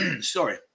sorry